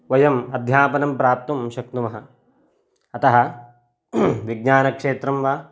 वयम् अध्यापनं प्राप्तुं शक्नुमः अतः विज्ञानक्षेत्रं वा